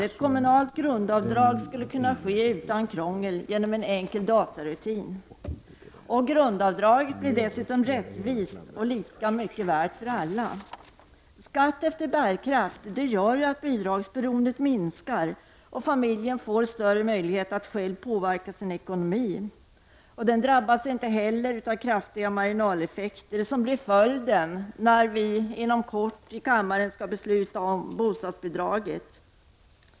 Ett kommunalt grundavdrag skulle kunna ske utan krångel, genom en enkel datarutin. Grundavdraget blir dessutom rättvist och lika mycket värt för alla. Skatt efter bärkraft gör att bidragsberoendet minskar och att familjen får större möjlighet att själv påverka sin ekonomi. Den drabbas inte heller av kraftiga marginaleffekter, som blir följden när vi inom kort skall besluta om bostadsbidraget.